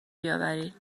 بیاورید